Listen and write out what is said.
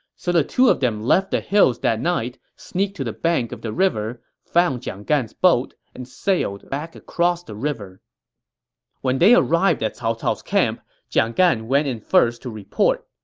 so the two of them left the hills that night, sneaked to the bank of the river, found jiang gan's boat, and sailed across the river when they arrived at cao cao's camp, jiang gan went in first to report.